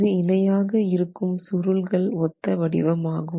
இது இணையாக இருக்கும் சுருள்கள் ஒத்த வடிவமாகும்